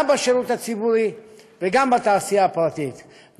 גם בשירות הציבורי וגם בתעשייה הפרטית.